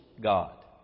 God